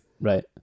right